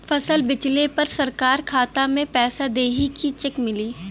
फसल बेंचले पर सरकार खाता में पैसा देही की चेक मिली?